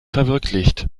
verwirklicht